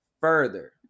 further